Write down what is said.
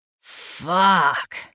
Fuck